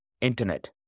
internet